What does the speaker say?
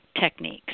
techniques